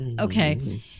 okay